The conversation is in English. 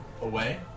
away